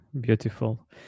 beautiful